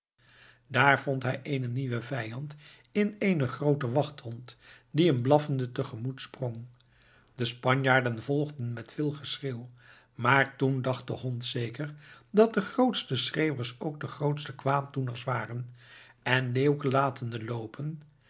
daar vond hij eenen nieuwen vijand in eenen grooten wachthond die hem blaffend te gemoet sprong de spanjaarden volgden met veel geschreeuw maar toen dacht de hond zeker dat de grootste schreeuwers ook de grootste kwaaddoeners waren en leeuwke latende loopen